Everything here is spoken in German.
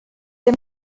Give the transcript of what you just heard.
dem